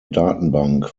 datenbank